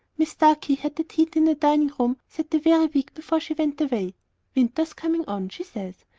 mis starkey had that heater in the dining-room set the very week before she went away. winter's coming on she says,